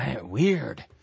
Weird